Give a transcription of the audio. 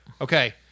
Okay